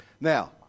Now